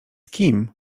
kim